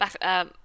Back